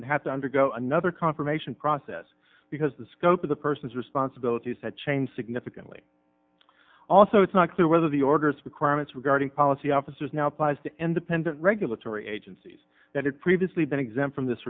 would have to undergo another confirmation process because the scope of the person's responsibilities had changed significantly also it's not clear whether the orders requirements regarding policy officers now applies to independent regulatory agencies that had previously been exempt from this